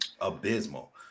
abysmal